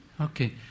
Okay